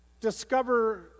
discover